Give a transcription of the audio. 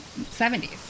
70s